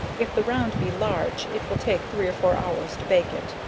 if the round be large it will take three or four hours to bake it.